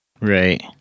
Right